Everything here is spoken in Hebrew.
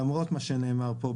למרות מה שנאמר פה,